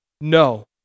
No